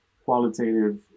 qualitative